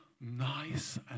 nice